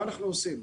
מה אנחנו עושים?